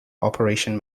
operation